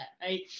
right